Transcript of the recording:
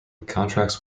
contracts